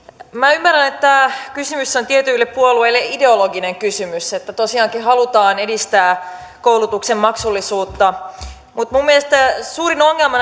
minä ymmärrän että kysymys on tietyille puolueille ideologinen kysymys tosiaankin halutaan edistää koulutuksen maksullisuutta mutta minun mielestäni suurin ongelma